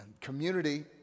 community